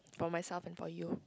for myself and for you